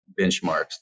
benchmarks